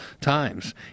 times